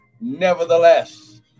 Nevertheless